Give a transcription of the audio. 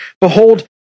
behold